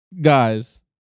Guys